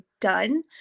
done